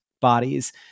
bodies